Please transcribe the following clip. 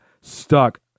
stuck